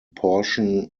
portion